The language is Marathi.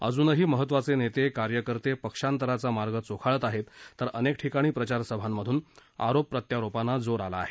अजूनही महत्त्वाचे नेते कार्यकर्ते पक्षांतराचा मार्ग चोखाळत आहेत तर अनेक ठिकाणी प्रचार सभांमधून आरोप प्रत्यारोपांना जोर आला आहे